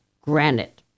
granite